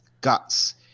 guts